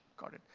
got it.